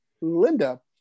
Linda